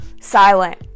silent